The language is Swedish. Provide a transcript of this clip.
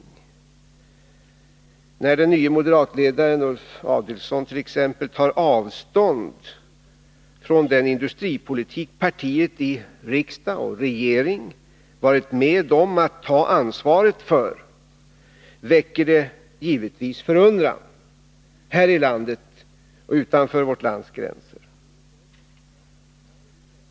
När t.ex. den nye moderatledaren Ulf Adelsohn tar avstånd från den industripolitik som hans parti i riksdag och regering varit med om att ha ansvaret för väcker detta givetvis förundran, här i landet och utanför vårt lands gränser.